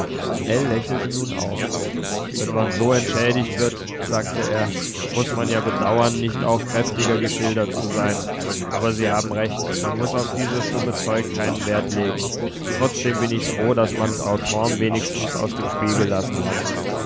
ell lächelte nun auch wenn man so entschädigt wird sagte er muß man ja bedauern nicht auch kräftiger geschildert zu sein aber sie haben recht man muß auf dieses dumme zeug keinen wert legen trotzdem bin ich froh daß man frau torm wenigstens aus dem spiel gelassen hat